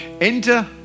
enter